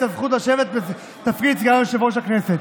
הזכות לשבת בתפקיד סגן יושב-ראש הכנסת.